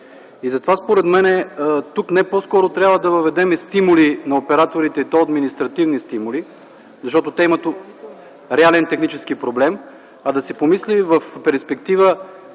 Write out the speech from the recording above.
Затова според мен тук не по-скоро трябва да въведем стимули на операторите и то административни стимули, защото те имат реален технически проблем, а да се помисли в перспектива